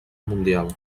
mundial